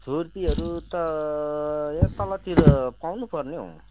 छुर्पीहरू त याहाँ तलतिर पाउनु पर्ने हौ